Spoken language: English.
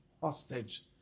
hostage